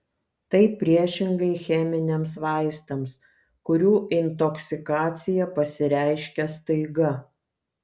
tai priešingai cheminiams vaistams kurių intoksikacija pasireiškia staiga